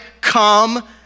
Come